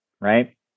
right